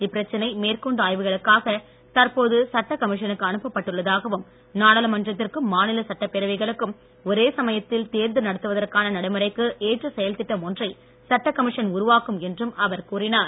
இப்பிரச்சனை மேற்கொண்டு கமிஷனுக்கு அனுப்ப பட்டுள்ளதாகவும் நாடாளுமன்றத்திற்கும் மாநில சட்டபேரவைகளுக்கும் ஒரே சமயத்தில் தேர்தல் நடத்துவதற்கான நடைமுறைக்கு ஏற்ற செயல் திட்டம் ஒன்றை சட்டக் கமிஷன் உருவாக்கும் என்றும் அவற் கூறினார்